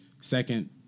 second